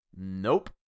nope